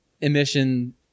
emission